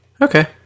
Okay